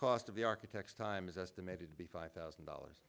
cost of the architects time is estimated to be five thousand dollars